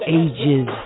ages